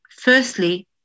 Firstly